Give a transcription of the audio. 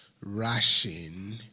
rushing